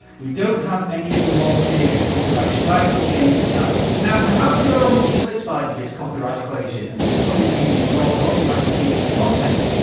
we don't have any of the more serious copyright strikes against the channel. now, perhaps you're on the flip side of this copyright equation, and someone is using your copyrighted youtube content.